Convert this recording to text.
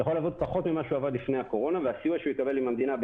יכול לעבוד פחות ממה שהוא עבד לפני הקורונה והסיוע שהוא יקבל מן המדינה,